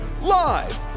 live